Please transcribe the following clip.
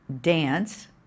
dance